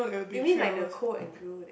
maybe like the coal and grill that